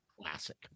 Classic